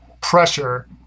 pressure